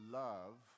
love